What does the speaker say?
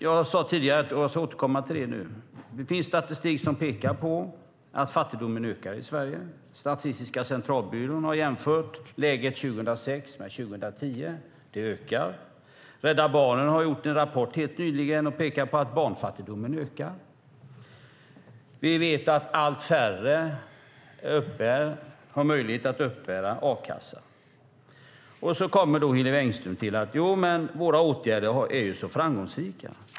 Jag återkommer till vad jag har sagt tidigare, nämligen att det finns statistik som pekar på att fattigdomen ökar i Sverige. Statistiska centralbyrån har jämfört läget 2006 med 2010. Fattigdomen ökar. Rädda Barnen har nyligen lagt fram en rapport och pekat på att barnfattigdomen ökar. Vi vet att allt färre har möjlighet att uppbära a-kassa. Då säger Hillevi Engström att deras åtgärder är så framgångsrika.